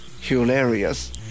hilarious